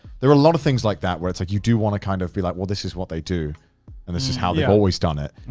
there are a lot of things like that where it's like, you do want to kind of be like, well, this is what they do. and this is how they've always done it.